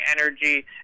energy